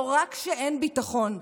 לא רק שאין ביטחון,